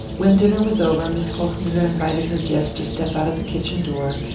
when dinner was over mrs. hochmuller invited her guests to step out of the kitchen-door,